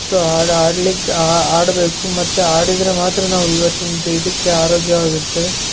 so ಆಡಲಿಕ್ಕೆ ಆಡಬೇಕು ಮತ್ತೆ ಆಡಿದ್ದರೆ ಮಾತ್ರ ನಾವು ಇವತಿಂದ ಇದಕ್ಕೆ ಆರೋಗ್ಯವಾಗಿರ್ತೀವಿ